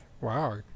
Wow